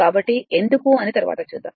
కాబట్టి ఎందుకు అని తరువాత చూద్దాము